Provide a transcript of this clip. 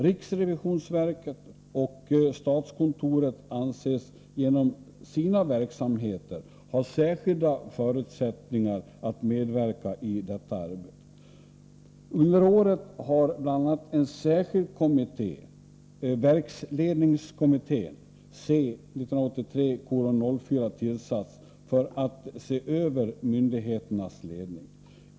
Riksrevisionsverket och statskontoret anses genom sina verksamheter ha särskilda förutsättningar att medverka i detta arbete. Under året har bl.a. en särskild kommitté, verksledningskommittén, , tillsatts, med uppgift att se över myndigheternas ledning.